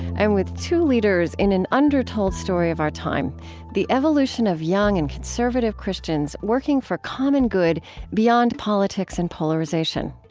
i'm with two leaders in an undertold story of our time the evolution of young and conservative christians working for common good beyond politics and polarization.